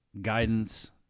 guidance